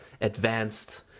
advanced